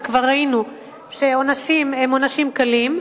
וכבר ראינו שהעונשים הם עונשים קלים,